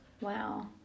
Wow